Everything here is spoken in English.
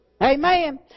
Amen